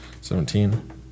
Seventeen